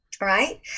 right